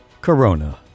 Corona